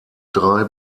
drei